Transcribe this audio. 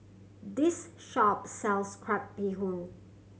this shop sells crab bee hoon